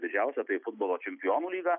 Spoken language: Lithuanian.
didžiausią futbolo čempionų lygą